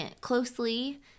closely